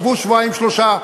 שבו שבועיים-שלושה,